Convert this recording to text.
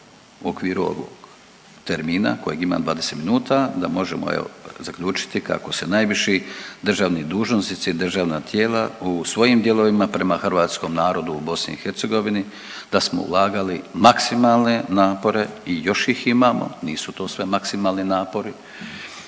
u okviru termina kojeg imam 20 minuta da možemo, evo zaključiti kako se najviši državni dužnosnici, državna tijela u svojim dijelovima prema hrvatskom narodu u BiH da smo ulagali maksimalne napore i još ih imamo. Nisu to sve maksimalni napori